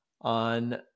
on